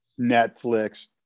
Netflix